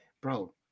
bro